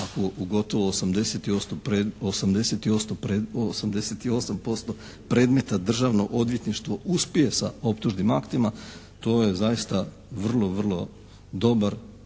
ako u gotovo 88% predmeta Državno odvjetništvo uspije sa optužnim aktima, to je zaista vrlo dobar,